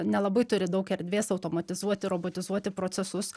nelabai turi daug erdvės automatizuoti robotizuoti procesus